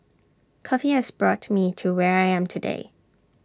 coffee has brought me to where I am today